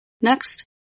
Next